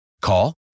Call